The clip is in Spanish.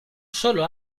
sólo